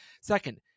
Second